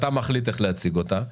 אתה מחליט איך להציג אותה.